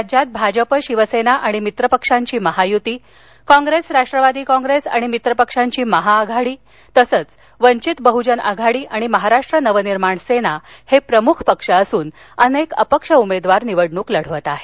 राज्यात भाजपा शिवसेना आणि मित्र पक्षांची महायूती काँप्रेस राष्ट्रवादी कॉप्रेस आणि मित्रपक्षांची महाआघाडी तसंच वंचित बहजन आघाडी आणि महाराष्ट्र नवनिर्माण सेना हे प्रमुख पक्ष असुन अनेक अपक्ष उमेदवार निवडणूक लढवत आहेत